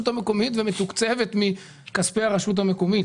המקומית ומתוקצבת מכספי הרשות המקומית